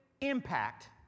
impact